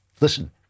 listen